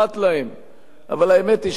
אבל האמת היא שהם יודעים טוב מאוד,